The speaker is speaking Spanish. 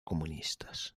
comunistas